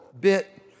bit